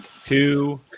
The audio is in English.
two